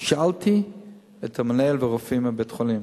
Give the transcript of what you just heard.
שאלתי את המנהל והרופאים בבית-החולים,